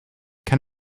can